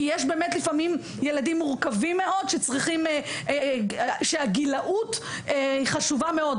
כי יש באמת לפעמים ילדים מורכבים מאוד שהגילאות חשובה מאוד.